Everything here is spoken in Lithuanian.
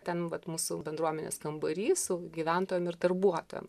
ten vat mūsų bendruomenės kambary su gyventojom ir darbuotojom